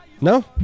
No